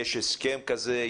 יש הסכם כזה?